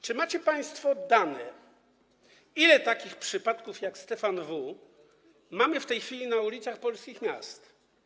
Czy macie państwo dane, ile takich przypadków jak Stefan W. chodzi w tej chwili po ulicach polskich miast?